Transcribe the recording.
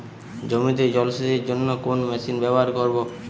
জমিতে জল সেচের জন্য কোন মেশিন ব্যবহার করব?